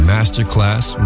Masterclass